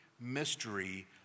mystery